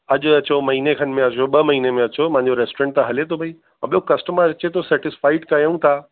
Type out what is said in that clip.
अॼ अचो महीने खनि में अचिजो ॿ महीने में अचो मुंहिंजो रेस्टोरेंट त हले थो भई और ॿियो कस्टमर अचे थो सेटिस्फ़ाइड कयूं था